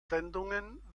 sendungen